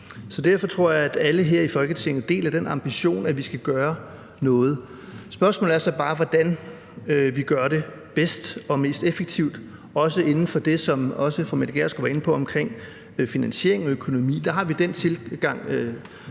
Derfor tror jeg, at alle her i Folketinget deler den ambition, at vi skal gøre noget. Spørgsmålet er så bare, hvordan vi gør det bedst og mest effektivt, også med hensyn til det, som fru Mette Gjerskov også var inde på, om finansiering og økonomi. Der har vi den tilgang,